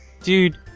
dude